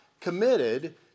committed